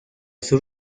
sur